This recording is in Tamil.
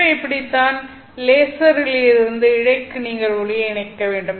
எனவே இப்படித்தான் லேசரிலிருந்து இழைக்கு நீங்கள் ஒளியை இணைக்க வேண்டும்